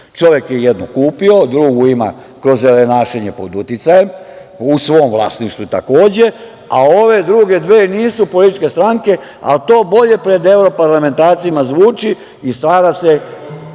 Čovek je jednu kupio, drugu ima kroz zelenašenje pod uticajem, u svom vlasništvu, takođe, a ove druge dve nisu političke stranke, a to bolje pred evroparlamentarcima zvuči i stvara se…